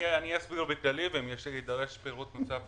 אני אסביר בכללי ואם יידרש פירוט נוסף,